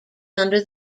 under